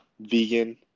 vegan